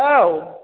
औ